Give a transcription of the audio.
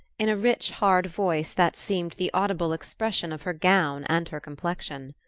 in a rich hard voice that seemed the audible expression of her gown and her complexion.